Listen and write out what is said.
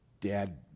Dad